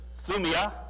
thumia